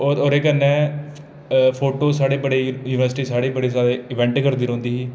और ओह्दे कन्नै फोटो साढ़े बड़े इ'यां यूनिवर्सिटी साढ़ी बड़ी इवैंट करदी रौंह्दी ही